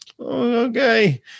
okay